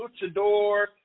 Luchador